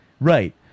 Right